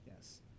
yes